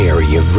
Area